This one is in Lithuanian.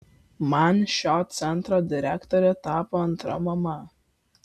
man šio centro direktorė tapo antra mama